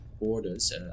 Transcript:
borders